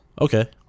Okay